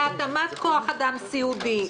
להתאמת כוח אדם סיעודי,